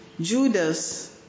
Judas